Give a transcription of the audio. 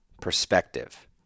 Perspective